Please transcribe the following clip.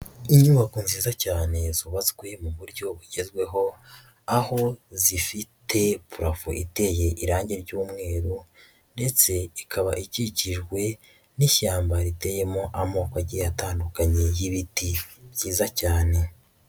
Inyubako nziza cyane zubatswe mu buryo bugezweho, aho zifite purafo iteye irangi ry'umweru ndetse ikaba ikikijwe n'ishyamba riteyemo amoko agiye atandukanye y'ibiti byiza cyane.